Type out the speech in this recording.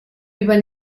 über